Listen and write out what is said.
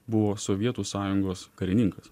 buvo sovietų sąjungos karininkas